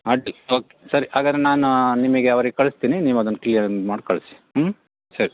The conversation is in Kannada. ಆಯಿತು ಓಕೆ ಸರಿ ಹಾಗಾದ್ರೆ ನಾನು ನಿಮಗೆ ಅವ್ರಿಗೆ ಕಳಿಸ್ತೀನಿ ನೀವು ಅದನ್ನು ಕ್ಲಿಯರ್ ಮಾಡಿ ಕಳಿಸಿ ಹ್ಞೂ ಸರಿ